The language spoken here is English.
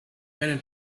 when